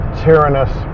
tyrannous